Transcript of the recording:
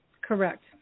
correct